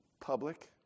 public